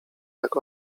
jak